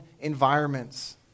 environments